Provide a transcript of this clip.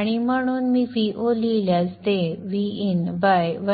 आणि म्हणून मी Vo लिहिल्यास ते Vin आहे